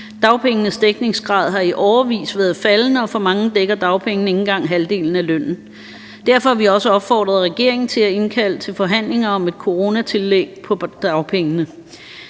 Dagpengenes dækningsgrad har i årevis været faldende, og for mange dækker dagpengene ikke engang halvdelen af lønnen. Derfor har vi også opfordret regeringen til at indkalde til forhandlinger om et coronatillæg på dagpengene.